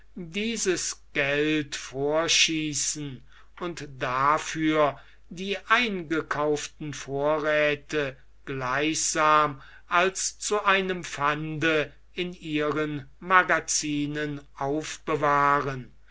dieses geld vorschießen und dafür die eingekauften vorräthe gleichsam als zu einem pfande in ihren magazinen anfbewahren